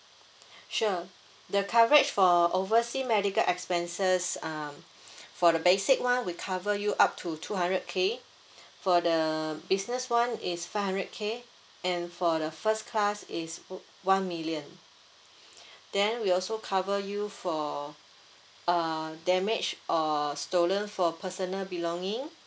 sure the coverage for oversea medical expenses uh for the basic [one] we cover you up to two hundred K for the business [one] is five hundred K and for the first class is o~ one million then we also cover you for uh damage or stolen for personal belongings